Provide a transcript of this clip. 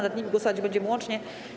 Nad nimi głosować będziemy łącznie.